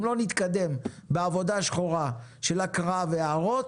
אם לא נתקדם בעבודה השחורה של הקראה והערות,